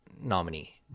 nominee